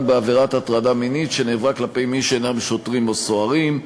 בעבירת הטרדה מינית שנעברה כלפי מי שאינם שוטרים או סוהרים.